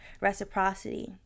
reciprocity